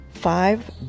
five